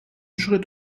schritt